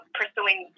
pursuing